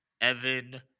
evan